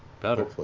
Better